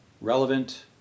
relevant